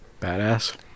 Badass